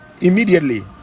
immediately